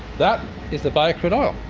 that is the bio-crude oil.